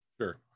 Sure